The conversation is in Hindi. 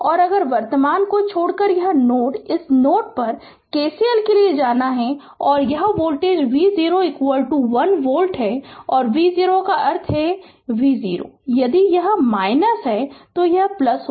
और अगर वर्तमान को छोड़कर यह नोड है इस नोड पर KCL के लिए जाना है और यह वोल्टेज V0 1 वोल्ट है और V0 का अर्थ है यह है V0 यदि यह है तो यह है